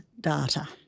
data